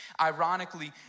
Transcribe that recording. Ironically